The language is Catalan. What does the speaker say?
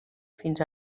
fins